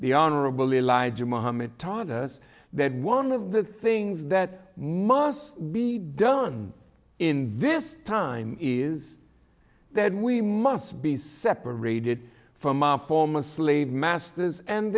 the honorable elijah mohammed taught us that one of the things that must be done in this time is that we must be separated from our former slave masters and